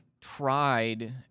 tried